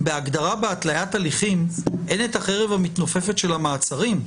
בהגדרה בהתליית הליכים אין את החרב המתנופפת של המעצרים.